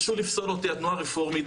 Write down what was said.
בקשו לפסול אותו התנועה הרפורמית,